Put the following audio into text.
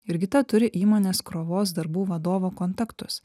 jurgita turi įmonės krovos darbų vadovo kontaktus